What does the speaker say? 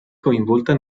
coinvolta